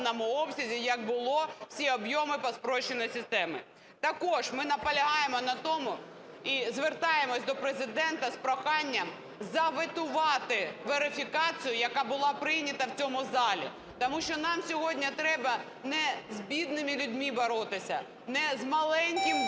обсязі як було всі об'єми по спрощеній системі. Також ми наполягаємо на тому і звертаємось до Президента з проханням заветувати верифікацію, яка була прийнята в цьому залі, тому що нам сьогодні треба не з бідними людьми боротися, не з маленьким бізнесом